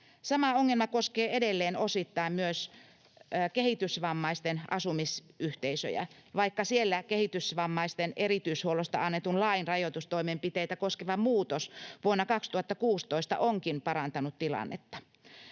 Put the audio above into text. Sama ongelma koskee edelleen osittain myös kehitysvammaisten asumisyhteisöjä, vaikka siellä kehitysvammaisten erityishuollosta annetun lain rajoitustoimenpiteitä koskeva muutos vuonna 2016 onkin parantanut tilannetta.